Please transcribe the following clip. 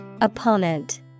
Opponent